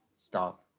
stop